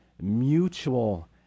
mutual